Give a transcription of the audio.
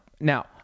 Now